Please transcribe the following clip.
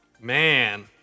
Man